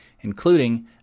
including